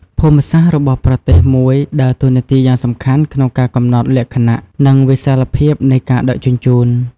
ភូមិសាស្ត្ររបស់ប្រទេសមួយដើរតួនាទីយ៉ាងសំខាន់ក្នុងការកំណត់លក្ខណៈ និងវិសាលភាពនៃការដឹកជញ្ជូន។